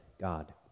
God